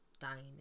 dining